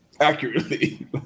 Accurately